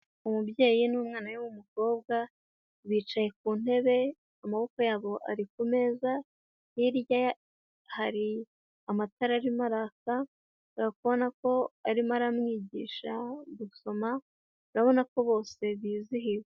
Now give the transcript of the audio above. Umubyeyi n'umwana we w'umukobwa, bicaye ku ntebe amaboko yabo ari ku meza, hirya hari amatara arimo araka, uri kubona ko arimo aramwigisha gusoma urabona ko bose bizihiwe.